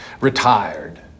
Retired